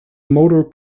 motor